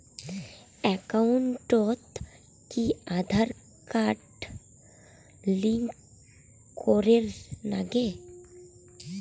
একাউন্টত কি Aadhaar card link করের নাগে?